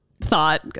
thought